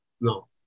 No